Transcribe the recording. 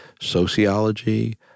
sociology